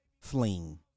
fling